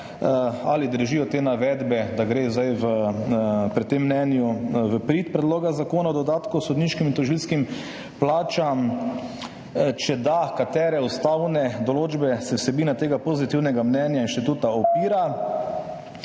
Ali držijo navedbe, da gre to mnenje v prid predlogu zakona o dodatku k sodniškim in tožilskim plačam? Če da, na katere ustavne določbe se vsebina pozitivnega mnenja Inštituta opira?